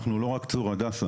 אנחנו לא רק צור הדסה,